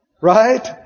Right